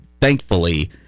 thankfully